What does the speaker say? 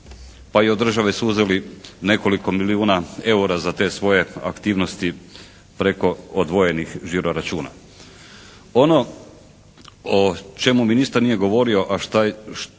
pa i od države su uzeli nekoliko milijuna eura za te svoje aktivnosti preko dvojenih žiro računa. Ono o čemu ministar nije govorio, a što ja